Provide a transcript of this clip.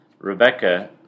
Rebecca